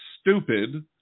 stupid